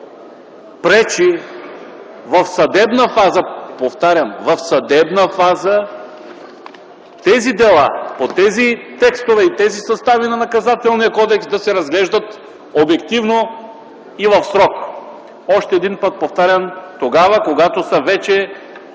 пречи в съдебна фаза, повтарям – в съдебна фаза, тези дела по тези текстове, и тези състави на Наказателния кодекс, да се разглеждат обективно и в срок? Още един път повтарям – тогава, когато са вече